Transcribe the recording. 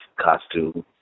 costume